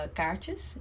kaartjes